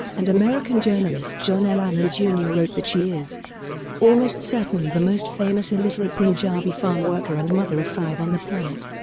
and american journalist john l. allen, jr. wrote that she is almost certainly the most famous illiterate punjabi farm worker and mother of five on the planet.